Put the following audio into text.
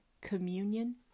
communion